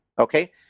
Okay